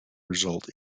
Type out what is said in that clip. result